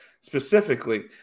specifically